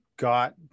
Got